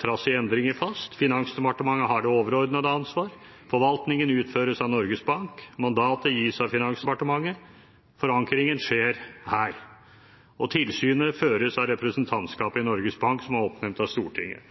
trass i endringer, fast. Finansdepartementet har det overordnede ansvar, forvaltningen utføres av Norges Bank, mandatet gis av Finansdepartement, forankringen skjer her – og tilsynet føres av representantskapet i Norges Bank, som er oppnevnt av Stortinget.